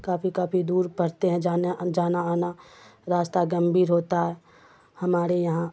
کافی کافی دور پڑھتے ہیں جانا جانا آنا راستہ گمبھیر ہوتا ہے ہمارے یہاں